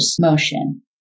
motion